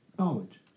Knowledge